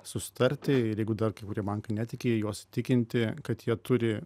susitarti ir jeigu dar kai kurie bankai netiki juos tikinti kad jie turi